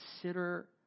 consider